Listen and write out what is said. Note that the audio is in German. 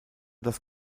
das